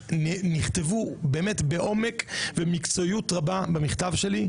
נכתבו בעומק ובמקצועיות רבה במכתב שלי,